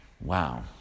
Wow